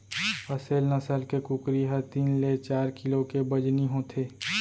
असेल नसल के कुकरी ह तीन ले चार किलो के बजनी होथे